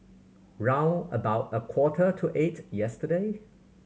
round about a quarter to eight yesterday